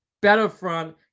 Battlefront